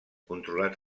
controlat